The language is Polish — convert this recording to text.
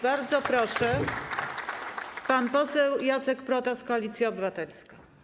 Bardzo proszę, pan poseł Jacek Protas, Koalicja Obywatelska.